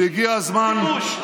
והגיע הזמן, הכיבוש.